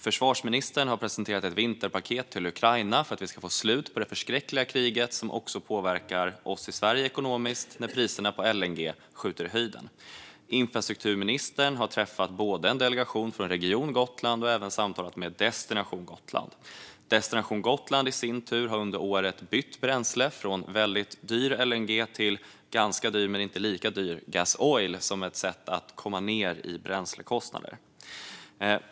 Försvarsministern har presenterat ett vinterpaket till Ukraina för att vi ska få slut på det förskräckliga kriget, som också påverkar oss i Sverige ekonomiskt när priserna på LNG skjuter i höjden. Infrastrukturministern har träffat både en delegation från Region Gotland och även samtalat med representanter för Destination Gotland. Destination Gotland har i sin tur under året bytt bränsle från dyr LNG till ganska dyr men inte lika dyr gasoil som ett sätt att komma ned i bränslekostnader.